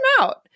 out